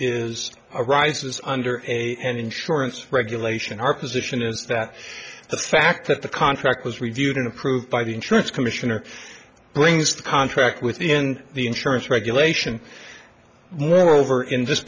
is arises under an insurance regulation our position is that the fact that the contract was reviewed and approved by the insurance commissioner brings the contract within the insurance regulation moreover in this